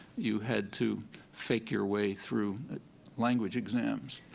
you had to fake your way through language exams.